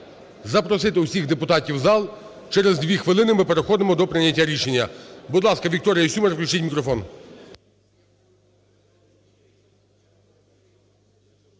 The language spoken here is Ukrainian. запросити всіх депутатів у зал, через 2 хвилини ми переходимо до прийняття рішення. Будь ласка, Вікторія Сюмар, включіть мікрофон.